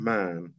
man